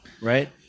right